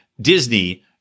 Disney